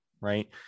right